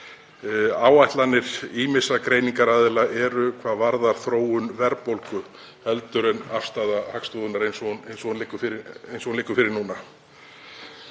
áætlanir ýmissa greiningaraðila eru hvað varðar þróun verðbólgu heldur en afstaða Hagstofunnar eins og hún liggur fyrir núna.